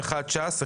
אחד ש"ס,